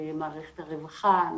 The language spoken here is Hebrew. מערכת הרווחה,